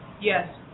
Yes